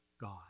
God